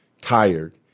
tired